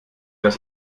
das